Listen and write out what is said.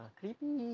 creepy